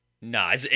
nah